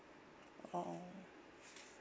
oh